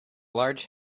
large